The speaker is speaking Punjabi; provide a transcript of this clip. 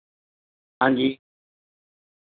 ਹਾਂਜੀ